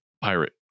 pirate